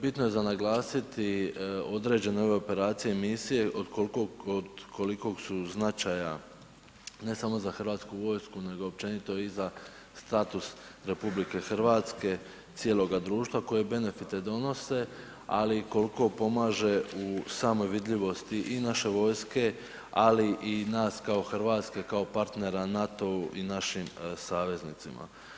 Bitno je za naglasiti određene ove operacije i misije od kolikog su značaja, ne samo za Hrvatsku vojsku nego općenito i za status RH i cijeloga društva, koje benefite donose, ali i koliko pomaže u samoj vidljivosti i naše vojske, ali i nas kao Hrvatske, kao partnera NATO-u i našim saveznicima.